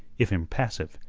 if impassive,